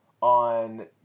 on